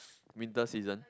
winter season